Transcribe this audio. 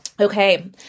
Okay